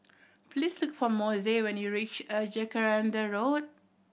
please look for Mose when you reach a Jacaranda Road